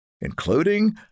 including